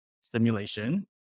stimulation